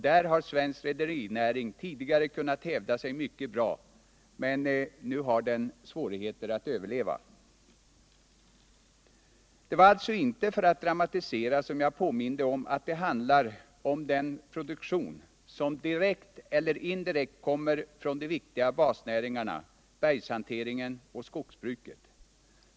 Där har svensk rederinäring tidigare kunnat hävda sig mycket bra, men nu har den svårigheter att överleva. Det var alltså inte för att dramatisera som jag påminde om att det handlar om den produktion som direkt eller indirekt kommer från de viktiga basnäringarna, bergshanteringen och skogsbruket.